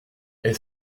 est